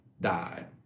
died